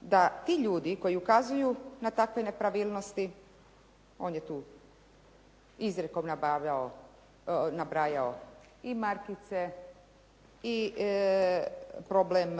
da ti ljudi koji ukazuju na takve nepravilnosti, on je tu izrijekom nabrajao i markice, i problem